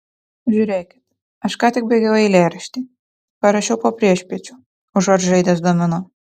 žiūrėkit aš ką tik baigiau eilėraštį parašiau po priešpiečių užuot žaidęs domino